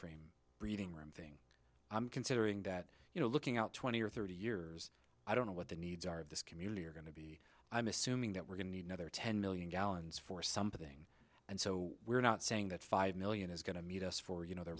frame breathing room thing i'm considering that you know looking out twenty or thirty years i don't know what the needs are of this community are going to be i'm assuming that we're going to need another ten million gallons for something and so we're not saying that five million is going to meet us for you know the